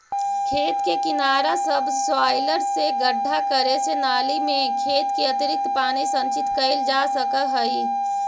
खेत के किनारा सबसॉइलर से गड्ढा करे से नालि में खेत के अतिरिक्त पानी संचित कइल जा सकऽ हई